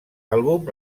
àlbum